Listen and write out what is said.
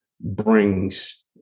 brings